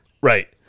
Right